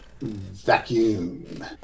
Vacuum